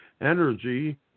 energy